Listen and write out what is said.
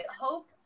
hope